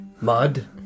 mud